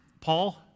Paul